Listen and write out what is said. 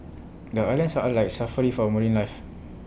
the islands are like Safari for marine life